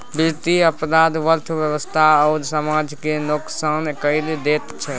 बित्तीय अपराध अर्थव्यवस्था आ समाज केँ नोकसान कए दैत छै